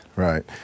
Right